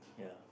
yeah